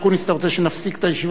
אתה רוצה שנפסיק את הישיבה עד שתוכל,